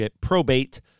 probate